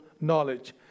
knowledge